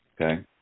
Okay